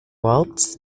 waltz